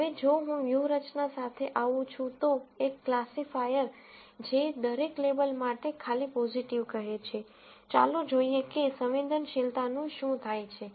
હવે જો હું વ્યૂહરચના સાથે આવું છું તો એક ક્લાસિફાયર જે દરેક લેબલ માટે ખાલી પોઝીટિવ કહે છે ચાલો જોઈએ કે સંવેદનશીલતાનું શું થાય છે